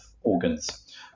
organs